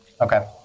Okay